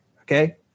okay